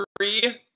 Three